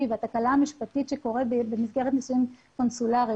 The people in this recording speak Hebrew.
והתקלה המשפטית שקורית במסגרת נישואים קונסולריים.